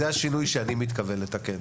זה השינוי שאני מתכוון לעשות.